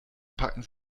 packen